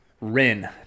Rin